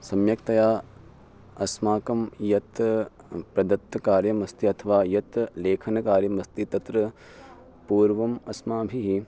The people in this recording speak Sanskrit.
सम्यक्तया अस्माकं यत् प्रदत्तकार्यमस्ति अथ्वा यत् लेखनकार्यमस्ति तत्र पूर्वम् अस्माभिः